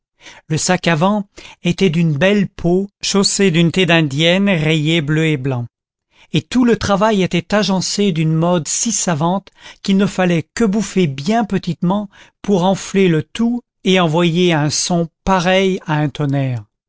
le sac à vent était d'une belle peau chaussée d'une taie d'indienne rayée bleu et blanc et tout le travail était agencé d'une mode si savante qu'il ne fallait que bouffer bien petitement pour enfler le tout et envoyer un son pareil à un tonnerre